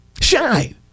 Shine